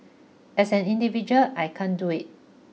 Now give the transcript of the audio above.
as an individual I can't do it